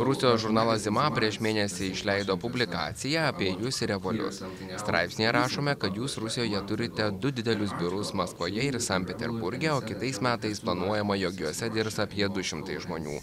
rusijos žurnalas zima prieš mėnesį išleido publikaciją apie jus ir revoliut straipsnyje rašome kad jūs rusijoje turite du didelius biurus maskvoje ir sankt peterburge o kitais metais planuojama jog juose dirbs apie du šimtai žmonių